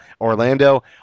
Orlando